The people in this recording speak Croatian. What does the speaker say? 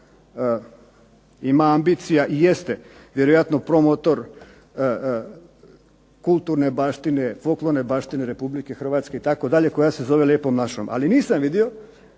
ima ambicija i jeste vjerojatno promotor kulturne baštine, folklorne baštine RH itd., koja se zove "Lijepom našom". Ali nisam vidio